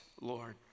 Lord